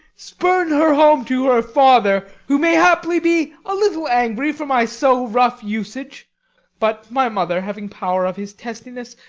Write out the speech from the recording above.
spurn her home to her father, who may, haply, be a little angry for my so rough usage but my mother, having power of his testiness,